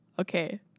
okay